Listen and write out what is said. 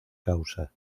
causa